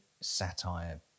satire